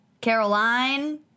Caroline